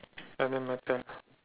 doesn't matter